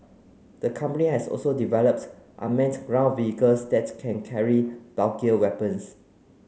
the company has also developed unmanned ground vehicles that can carry bulkier weapons